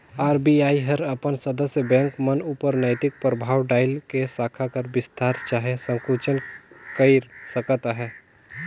RBI हर अपन सदस्य बेंक मन उपर नैतिक परभाव डाएल के साखा कर बिस्तार चहे संकुचन कइर सकत अहे